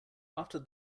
after